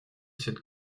cette